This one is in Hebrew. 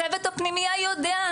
צוות הפנימייה יודע,